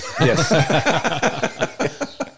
Yes